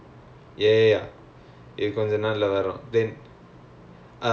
oh K okay oh for writers wing ah